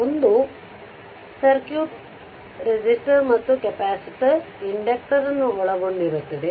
ಒಂದು ಸರ್ಕ್ಯೂಟ್ ಒಂದು ರೆಸಿಸ್ಟರ್ ಮತ್ತು ಕೆಪಾಸಿಟರ್ ಇಂಡಕ್ಟರ್ ಅನ್ನು ಒಳಗೊಂಡಿರುತ್ತದೆ